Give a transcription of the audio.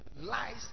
lies